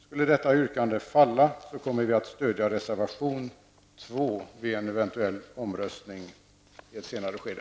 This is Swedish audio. Skulle detta yrkande falla, kommer vi att stödja reservation 2 vid en eventuell omröstning i ett senare skede.